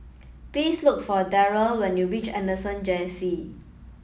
please look for Darrell when you reach Anderson Junior C